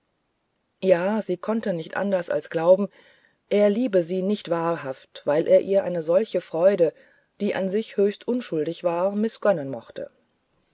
ja sie konnte nicht anders als glauben er liebe sie nicht wahrhaft weil er ihr eine solche freude die an sich höchst unschuldig war mißgönnen mochte